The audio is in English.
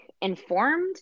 informed